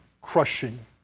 crushing